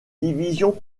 divisions